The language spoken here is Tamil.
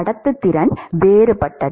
கடத்துத்திறன் வேறுபட்டது